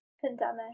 pandemic